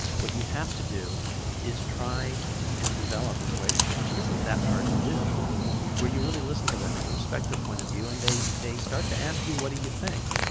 what you have to do is try and develop a relationship which isn't that hard to do where you really listen to them and you respect their point of view and they they start to ask you what do you think.